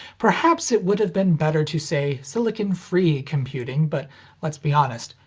perhaps it would have been better to say silicon-free computing, but let's be honest.